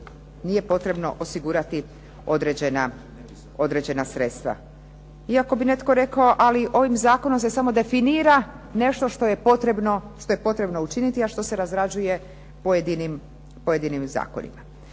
nije potrebno osigurati određena sredstva. Iako bi netko rekao, ali ovim zakonom se samo definira nešto što je potrebno učiniti, a što se razrađuje pojedinim zakonima.